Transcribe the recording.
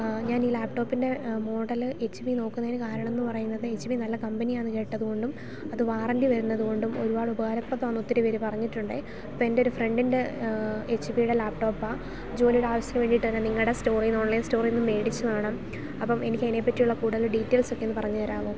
ഞാനീ ഈ ലാപ്ടോപിൻറ്റെ മോഡല് എച്ച് പി നോക്കുന്നതിന് കാരണം എന്ന് പറയുന്നത് എച്ച് പി നല്ല കമ്പനിയാണെന്ന് കേട്ടത് കൊണ്ടും അത് വാറണ്ടി വരുന്നത് കൊണ്ടും ഒരുപാട് ഉപകാരപ്രദമാന്ന് ഒത്തിരി പേർ പറഞ്ഞിട്ടുണ്ട് അപ്പം എൻ്റെ ഒരു ഫ്രണ്ടിൻറ്റെ എച്ച് പീടെ ലാപ്ടോപ്പാ ജോലിയുടെ ആവശ്യത്തിന് വേണ്ടിയിട്ട് തന്നെ നിങ്ങളുടെ സ്റ്റോറീന്ന് ഓൺലൈൻ സ്റ്റോറീന്ന് വേടിച്ചതാണ് അപ്പം എനിക്കതിനെ പറ്റിയുള്ള കൂടുതൽ ഡീറ്റെയിൽസ് ഒക്കെ ഒന്ന് പറഞ്ഞ് തരാമോ